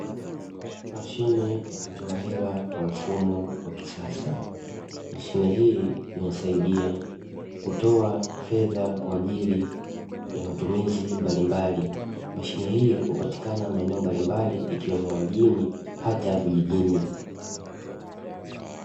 Mashine ya kutoa hela kwa mfumo wa kisasa, mashine hii inasaidia kutoa fedha kwa ajili ya matumizi mbalimbali, mashine hii hupatikana maeneo mbalimbali ikiwemo mjini hata vijijini.